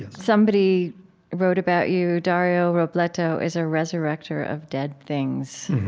somebody wrote about you, dario robleto is a resurrector of dead things.